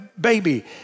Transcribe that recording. baby